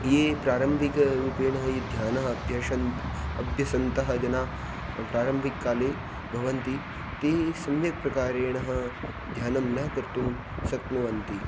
ये प्रारम्भिकरूपेण ये ध्यानम् अभ्यशन्त् अभ्यसन्तः जनाः प्रारम्भिककाले भवन्ति ते सम्यक् प्रकारेण ध्यानं न कर्तुं शक्नुवन्ति